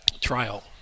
trial